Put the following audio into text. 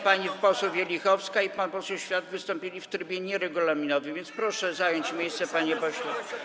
Pani poseł Wielichowska i pan poseł Świat wystąpili w trybie nieregulaminowym, więc proszę zająć miejsce, panie pośle.